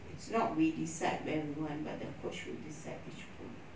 it's not we decide when we want but the coach will decide which pool